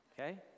Okay